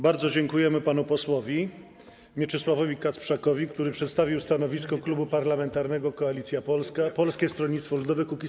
Bardzo dziękujemy panu posłowi Mieczysławowi Kasprzakowi, który przedstawił stanowisko Klubu Parlamentarnego Koalicja Polska - Polskie Stronnictwo Ludowe - Kukiz15.